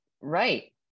right